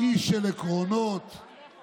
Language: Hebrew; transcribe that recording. איש של עקרונות, איש של